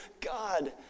God